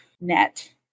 net